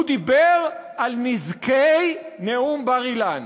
הוא דיבר על נזקי נאום בר-אילן.